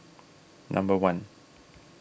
number one